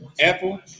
apple